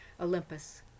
Olympus